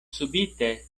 subite